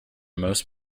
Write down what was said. most